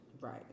Right